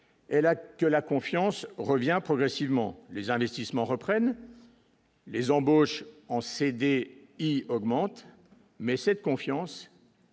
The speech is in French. elle là que la confiance revient progressivement les investissements reprennent. Les embauches ont cédé et augmente, mais cette confiance.